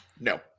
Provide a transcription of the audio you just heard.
No